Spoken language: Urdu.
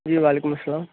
جی وعلیکم السّلام